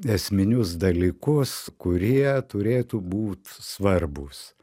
esminius dalykus kurie turėtų būt svarbūs